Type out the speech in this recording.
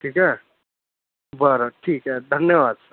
ठीक आहे बरंं ठीक आहे धन्यवाद